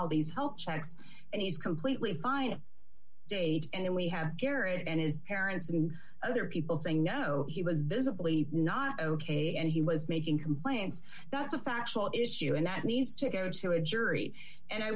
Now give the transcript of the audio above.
all these help checks and he's completely fine state and we have garrett and his parents and other people saying no he was visibly not ok and he was making complaints that's a factual issue and that needs to go to a jury and i